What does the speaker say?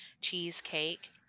cheesecake